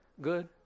good